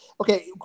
okay